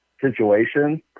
situation